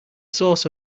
source